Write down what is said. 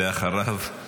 ואחריו,